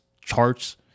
charts